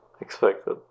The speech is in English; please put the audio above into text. expected